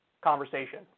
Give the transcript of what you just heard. conversation